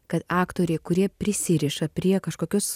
kad aktoriai kurie prisiriša prie kažkokios